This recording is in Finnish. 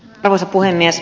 arvoisa puhemies